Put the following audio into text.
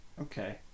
Okay